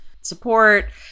support